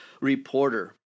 reporter